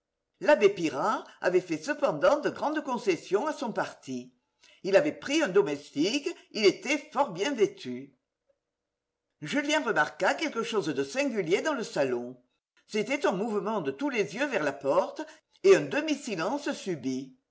l'abbé pirard avait fait cependant de grandes concessions à son parti il avait pris un domestique il était fort bien vêtu julien remarqua quelque chose de singulier dans le salon c'était un mouvement de tous les yeux vers la porte et un demi silence subit